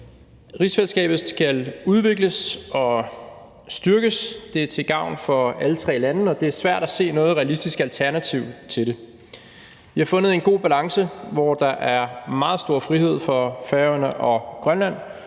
Rigsfællesskabet skal udvikles og styrkes. Det er til gavn for alle tre lande, og det er svært at se noget realistisk alternativ til det. Vi har fundet en god balance, hvor der er meget stor frihed for Færøerne og Grønland,